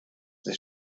this